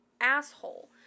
asshole